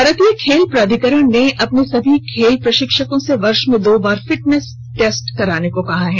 भारतीय खेल प्राधिकरण ने अपने सभी खेल प्रशिक्षकों से वर्ष में दो बार फिटनेस टेस्ट कराने को कहा है